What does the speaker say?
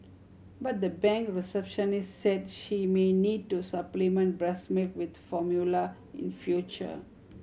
but the bank receptionist said she may need to supplement breast milk with formula in future